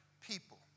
people